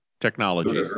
Technology